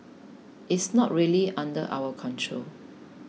it's not really under our control